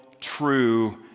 true